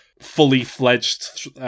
fully-fledged